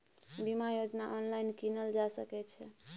बीमा योजना ऑनलाइन कीनल जा सकै छै?